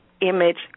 image